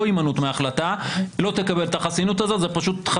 לא הימנעות מהחלטה אלא החלטה שלילית - לא תקבל את החסינות הזאת.